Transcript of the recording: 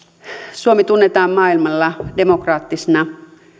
suomi tunnetaan maailmalla demokraattisena